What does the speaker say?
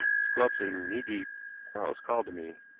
squelching, knee-deep, quarles called to me